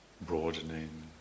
broadening